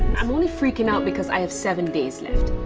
i'm only freaking out because i have seven days left.